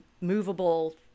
movable